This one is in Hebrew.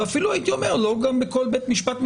ואפילו לא בכל בית משפט מחוזי,